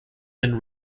than